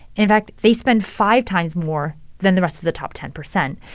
in fact, they spend five times more than the rest of the top ten percent.